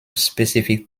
specific